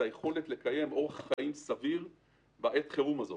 הוא היכולת לקיים אורח חיים סביר בעת החירום הזאת.